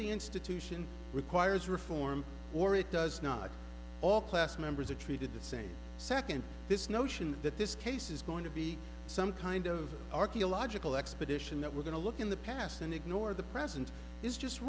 the institution requires reform or it does not all class members are treated the same second this notion that this case is going to be some kind of archeological expedition that we're going to look in the past and ignore the present is just